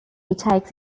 takes